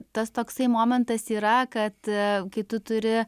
tas toksai momentas yra kad kai tu turi